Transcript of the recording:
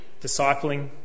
discipling